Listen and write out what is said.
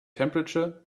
temperature